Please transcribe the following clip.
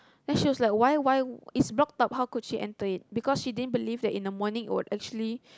then she was like why why it's blocked up how could she enter it because she didn't believe that in the morning it would actually